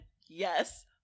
Yes